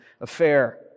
affair